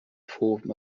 form